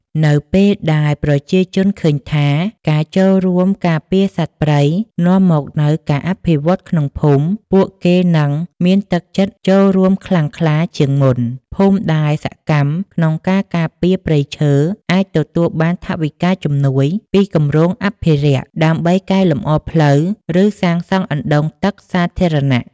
នៅពេលដែលប្រជាជនឃើញថា ការចូលរួមការពារសត្វព្រៃនាំមកនូវការអភិវឌ្ឍក្នុងភូមិ ពួកគេនឹងមានទឹកចិត្តចូលរួមខ្លាំងក្លាជាងមុន។ ភូមិដែលសកម្មក្នុងការការពារព្រៃឈើ អាចទទួលបានថវិកាជំនួយពីគម្រោងអភិរក្ស ដើម្បីកែលម្អផ្លូវ ឬសាងសង់អណ្តូងទឹកសាធារណៈ។